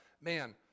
man